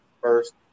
first